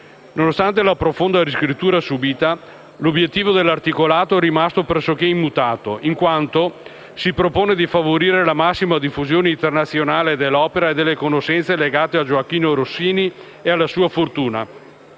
Nonostante la profonda riscrittura subita, l'obiettivo dell'articolato è rimasto pressoché immutato in quanto si propone di favorire la massima diffusione internazionale dell'opera e delle conoscenze legate a Gioachino Rossini e alla sua fortuna,